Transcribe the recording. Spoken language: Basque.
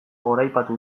goraipatu